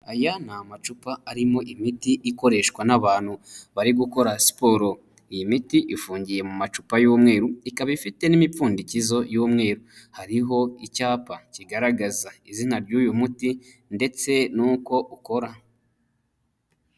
Aya ni amacupa arimo imiti ikoreshwa n'abantu bari gukora siporo. Iyi miti ifungiye mu macupa y'umweru ikaba ifite n'imipfundikizo y'umweru. Hariho icyapa kigaragaza izina ry'uyu muti ndetse n'uko ukora.